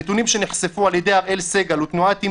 הנתונים שנחשפו על ידי אראל סגל ותנועת "אם